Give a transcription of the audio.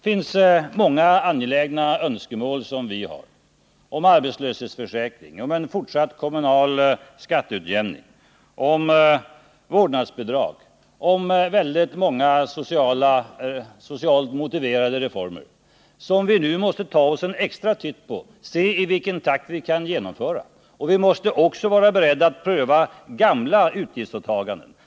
Vi har många angelägna önskemål om arbetslöshetsförsäkring, om en fortsatt kommunal skatteutjämning, om vårdnadsbidrag, om väldigt många socialt motiverade reformer som vi nu måste ta oss en extra titt på och se i vilken takt vi kan genomföra. Vi måste också vara beredda att pröva gamla utgiftsåtaganden.